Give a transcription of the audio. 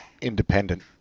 independent